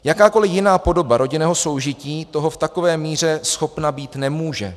Jakákoli jiná podoba rodinného soužití toho v takové míře schopna být nemůže.